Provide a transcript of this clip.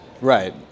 Right